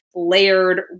layered